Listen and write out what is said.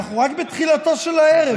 אנחנו רק בתחילתו של הערב.